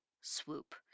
swoop